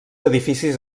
edificis